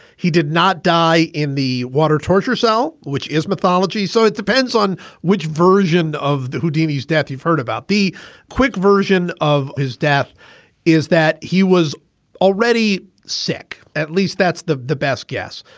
he did not die in the water torture cell, which is mythology. so it depends on which version of houdini's death you've heard about. the quick version of his death is that he was already sick. at least that's the the best guess.